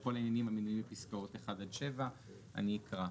על כל העניינים המנויים בפסקאות 1 7. אני אקרא: